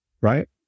right